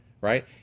Right